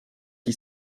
qui